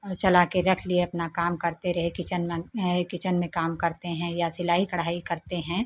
phone चला के रख लिए अपना काम करते रहे किचन में किचन में काम करते हैं या सिलाई कढ़ाई करते हैं